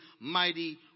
mighty